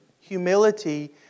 humility